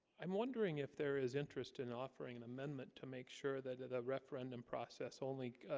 i'm wondering if there is interest in offering an amendment to make sure that that a referendum process only